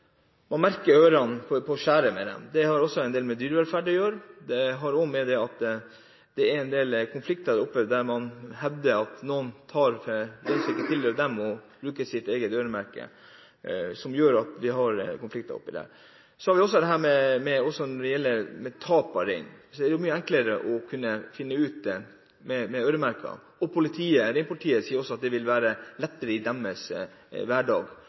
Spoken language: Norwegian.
man har en del konflikter der oppe ved at man merker ørene ved å skjære i dem. Det har også en del med dyrevelferd å gjøre. Man hevder også at noen tar det som ikke tilhører dem, og bruker sitt eget øremerke, som gjør at vi har konflikter der oppe. Så har vi også dette med tap av rein. Det er mye enklere å kunne finne ut ved elektronisk øremerking. Reinpolitiet sier også at det vil være lettere i deres hverdag